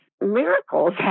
miracles